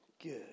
Good